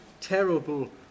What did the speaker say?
terrible